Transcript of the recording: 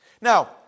Now